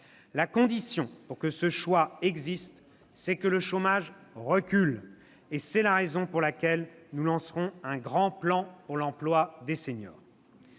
La condition pour que ce choix existe, c'est que le chômage recule, et c'est la raison pour laquelle nous lancerons un grand plan pour l'emploi des seniors.